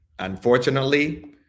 Unfortunately